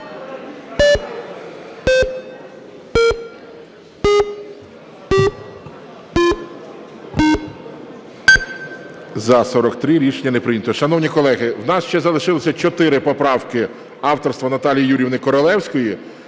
За-43 Рішення не прийнято.